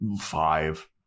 five